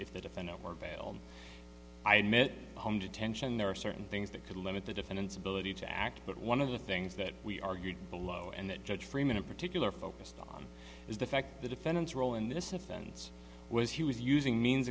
if the defendant were veiled i admit home detention there are certain things that could limit the defendant's ability to act but one of the things that we argued below and that judge freeman in particular focused on is the fact the defendant's role in this offense was he was using means